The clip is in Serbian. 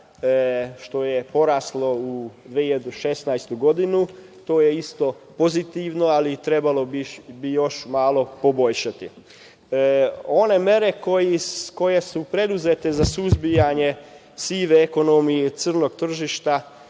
što je poraslo u 2016. godini. To je isto pozitivno, ali trebalo bi još malo poboljšati. One mere koje su preduzete za suzbijanje sive ekonomije, crnog tržišta,